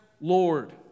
Lord